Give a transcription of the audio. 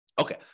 Okay